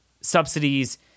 subsidies